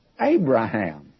Abraham